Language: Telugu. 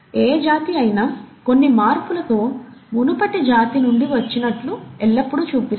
ఏ జాతి అయినా కొన్ని మార్పులతో మునుపటి జాతి నుండి వచ్చినట్లు ఎల్లప్పుడూ చూపిస్తుంది